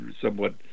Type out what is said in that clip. somewhat